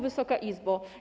Wysoka Izbo!